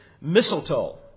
mistletoe